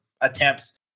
attempts